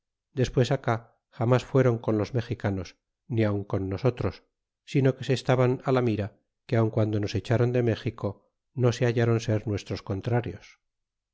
despues acá jamas fueron con los mexicanos ni aun con nosotros sino que se estaban la mira que aun guando nos echron de méxico cincuenta mil t'amaneces cortes carta no se hallron ser nuestros contrarios